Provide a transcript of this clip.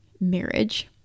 marriage